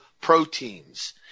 proteins